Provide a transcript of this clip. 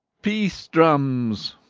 peace, drums!